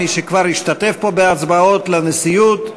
מי שכבר השתתף פה בהצבעות לנשיאות,